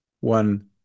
One